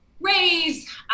raise